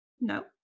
No